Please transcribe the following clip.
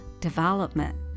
development